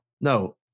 No